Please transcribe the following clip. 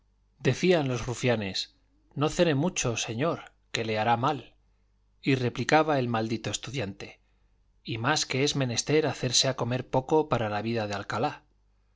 decían los rufianes no cene mucho señor que le hará mal y replicaba el maldito estudiante y más que es menester hacerse a comer poco para la vida de alcalá